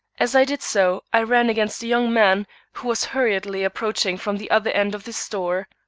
as i did so i ran against a young man who was hurriedly approaching from the other end of the store.